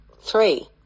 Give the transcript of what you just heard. three